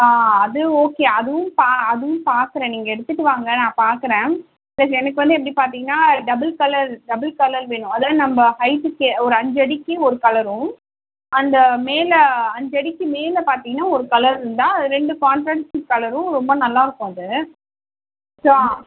ஆ அது ஒகே அதுவும் பா அதுவும் பார்க்குறேன் நீங்கள் எடுத்துகிட்டு வாங்க நான் பார்க்குறேன் பிளஸ் எனக்கு வந்து எப்படி பார்த்தீங்கனா டபுள் கலர் டபுள் கலர் வேணும் அதாவது நம்ம ஹைட்டுக்கு ஒரு அஞ்சடிக்கு ஒரு கலரும் அந்த மேலே அஞ்சடிக்கு மேலே பார்த்தீங்கனா ஒரு கலரும் இருந்தால் ரெண்டு கான்ட்ராஸ்ட்டு கலரும் ரொம்ப நல்லாயிருக்கும் அது ஸோ